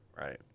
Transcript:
Right